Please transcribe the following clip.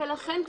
ולכן,